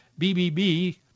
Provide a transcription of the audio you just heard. BBB